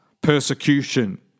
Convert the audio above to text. persecution